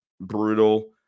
Brutal